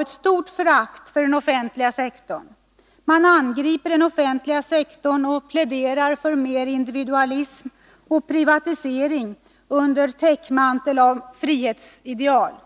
ett stort förakt för den offentliga sektorn. Man angriper den offentliga sektorn och pläderar för mer individualism och privatisering med frihetsidealet som täckmantel.